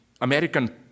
American